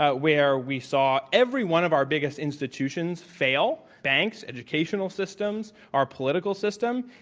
ah where we saw every one of our biggest institutions fail, banks, educational systems, our political system,